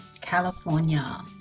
California